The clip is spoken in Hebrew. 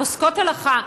פוסקות הלכה.